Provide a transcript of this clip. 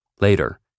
later